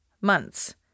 months